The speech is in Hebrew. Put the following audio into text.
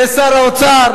לשר האוצר,